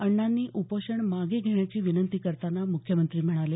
अण्णांनी उपोषण मागे घेण्याची विनंती करताना मुख्यमंत्री म्हणाले